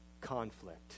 conflict